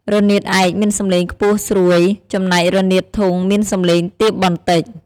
រនាតឯកមានសំឡេងខ្ពស់ស្រួយ ចំណែករនាតធុងមានសំឡេងទាបបន្តិច។